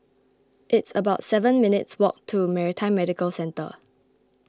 it's about seven minutes' walk to Maritime Medical Centre